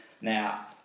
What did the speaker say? Now